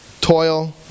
toil